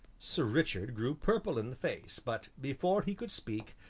sir richard grew purple in the face, but before he could speak,